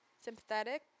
sympathetic